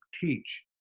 teach